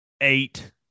eight